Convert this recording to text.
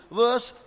verse